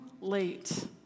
late